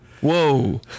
Whoa